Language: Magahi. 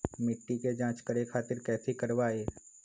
मिट्टी के जाँच करे खातिर कैथी करवाई?